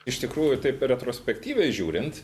iš tikrųjų taip retrospektyviai žiūrint